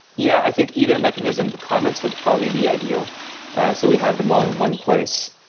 yeah i think either mechanism. the comments would probably be ideal so we have them all in one place.